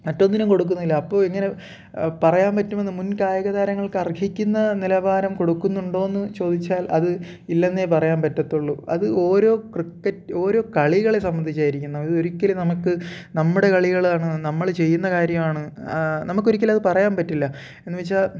മറ്റൊന്നിനും കൊടുക്കുന്നില്ല അപ്പോൾ എങ്ങനെ പറയാൻ പറ്റുമെന്ന് മുൻകായിക താരങ്ങൾക്ക് അർഹിക്കുന്ന നിലവാരം കൊടുക്കുന്നുണ്ടോയെന്ന് ചോദിച്ചാൽ അത് ഇല്ല എന്നേ പറയാൻ പറ്റത്തുള്ളൂ അത് ഓരോ ക്രിക്കറ്റ് ഒരോ കളികളെ സംബന്ധിച്ചാണ് ഇരിക്കുന്നത് അത് ഒരിക്കലും നമുക്ക് നമ്മുടെ കളികളാണ് നമ്മൾ ചെയ്യുന്ന കാര്യമാണ് നമുക്ക് ഒരിക്കലും അതു പറയാൻ പറ്റില്ല എന്നു വച്ചാൽ